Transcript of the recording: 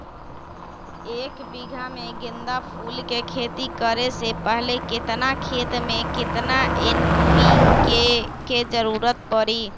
एक बीघा में गेंदा फूल के खेती करे से पहले केतना खेत में केतना एन.पी.के के जरूरत परी?